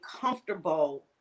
comfortable